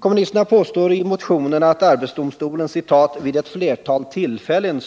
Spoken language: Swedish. Kommunisterna påstår i motionen att arbetsdomstolen ”vid ett flertal tillfällen”